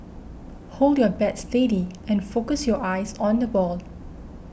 hold your bat steady and focus your eyes on the ball